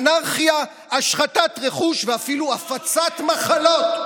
באנרכיה, בהשחתת רכוש ואפילו הפצת מחלות.